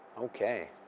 Okay